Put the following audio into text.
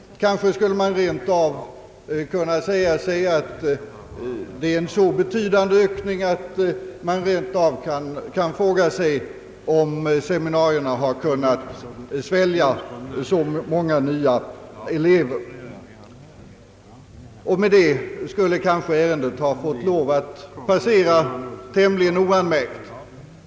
Kanske skulle man rent av kunna säga sig att det är en så betydande ökning att man kan fråga om seminarierna har kunnat svälja så många nya elever. Med detta skulle måhända ärendet ha fått lov att passera tämligen oanmärkt.